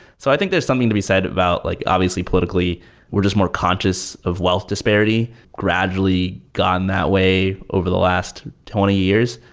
so i think there's something to be said about like obviously politically we're just more conscious of wealth disparity gradually gone that way over the last twenty years.